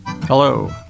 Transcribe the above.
Hello